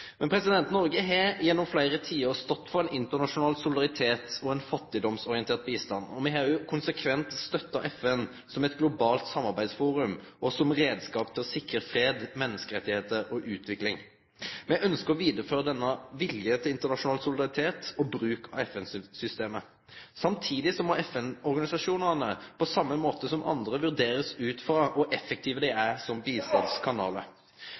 Noreg har gjennom fleire tiår stått for ein internasjonal solidaritet og ein fattigdomsorientert bistand. Me har òg konsekvent støtta FN som eit globalt samarbeidsforum og som reiskap til å sikre fred, menneskerettar og utvikling. Me ønskjer å vidareføre denne viljen til internasjonal solidaritet og bruk av FN-systemet. Samtidig må FN-organisasjonane, på same måten som andre, bli vurderte ut frå kor effektive dei er som